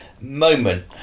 moment